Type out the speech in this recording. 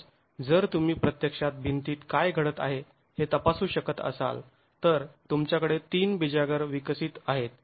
म्हणूनच जर तुम्ही प्रत्यक्षात भिंतीत काय घडत आहे हे तपासू शकत असाल तर तुमच्याकडे तीन बिजागर विकसित आहेत